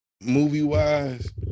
movie-wise